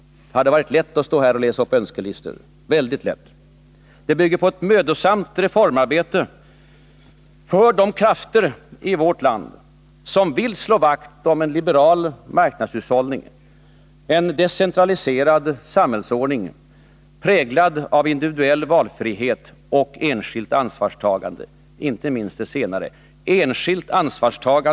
Det hade varit väldigt lätt att stå här och läsa upp önskelistor. Nej, vårt alternativ bygger på ett mödosamt reformarbete för de krafter i vårt land som vill slå vakt om en liberal marknadshushållning och en decentraliserad samhällsordning präglad av individuell valfrihet och enskilt ansvarstagande, inte minst det senare.